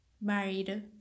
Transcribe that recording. married